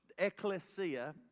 Ecclesia